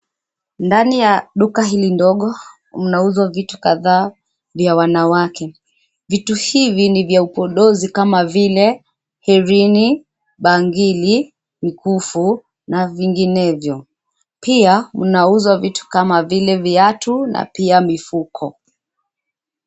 Ndani ya duka hili ndogo mnauzwa vitu kadhaa vya wanawake vitu hivi ni vya upodozi kama vile herini, bangili, mkufu na vinginevyo. Pia, mnauzwa vitu kama vile viatu na pia mifuko.